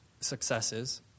successes